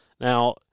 Now